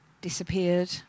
disappeared